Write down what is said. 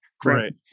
great